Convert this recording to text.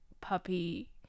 puppy